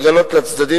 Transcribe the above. חוק הרשויות המקומיות (העברת תשלומים מהמדינה),